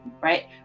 right